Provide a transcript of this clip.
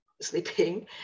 sleeping